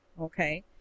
okay